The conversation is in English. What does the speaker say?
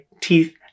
teeth